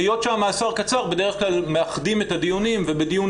היות שהמאסר קצר בדרך כלל מאחדים את הדיונים ובדיון